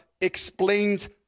explained